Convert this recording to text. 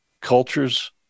cultures